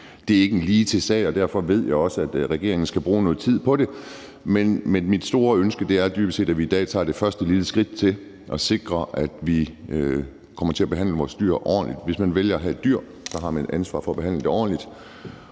Det er ikke en ligetil sag, og derfor ved jeg også, at regeringen skal bruge noget tid på det. Mit store ønske er dybest set, at vi i dag tager det første lille skridt til at sikre, at vi kommer til at behandle vores dyr ordentligt. Hvis man vælger at have dyr, har man et ansvar for at behandle dem ordentligt,